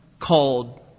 called